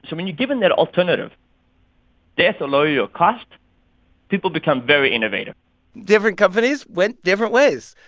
so when you're given that alternative death or lower your cost people become very innovative different companies went different ways.